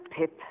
Pip